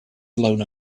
blown